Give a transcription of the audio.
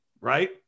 right